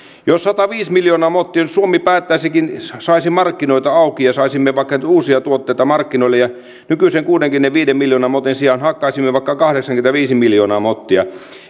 jos olisi sataviisi miljoonaa mottia ja suomi päättäisikin saisi markkinoita auki ja saisimme vaikka uusia tuotteita markkinoille että nykyisen kuudenkymmenenviiden miljoonan motin sijaan hakkaisimme vaikka kahdeksankymmentäviisi miljoonaa mottia